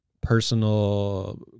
personal